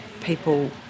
people